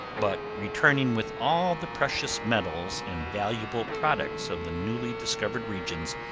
but returning with all the precious metals and valuable products of the newly discovered regions,